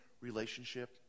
relationship